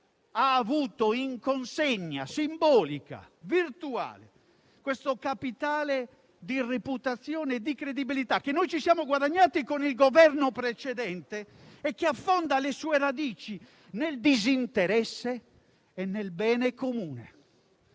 ha avuto in consegna, simbolica e virtuale, questo capitale di reputazione e di credibilità, che noi ci siamo guadagnati con il Governo precedente e che affonda le sue radici nel disinteresse e nel bene comune.